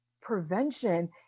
prevention